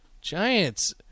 Giants